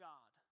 God